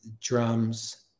drums